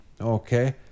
okay